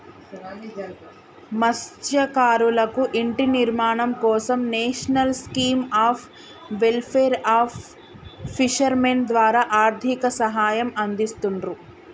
మత్స్యకారులకు ఇంటి నిర్మాణం కోసం national scheme of welfare of fishermen ద్వారా ఆర్థిక సహాయం అందిస్తున్రు